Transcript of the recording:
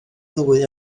ddwy